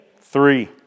three